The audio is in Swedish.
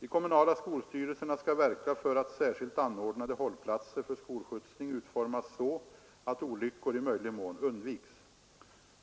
De kommunala skolstyrelserna skall verka för att särskilt anordnade hållplatser för skolskjutsning utformas så att olyckor i möjlig mån undviks.